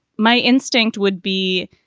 my instinct would be,